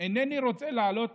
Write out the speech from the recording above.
אינני רוצה להעלות